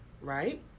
right